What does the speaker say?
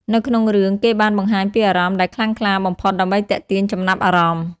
នៅក្នុងរឿង គេបានបង្ហាញពីអារម្មណ៍ដែលខ្លាំងក្លាបំផុតដើម្បីទាក់ទាញចំណាប់អារម្មណ៍។